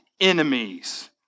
enemies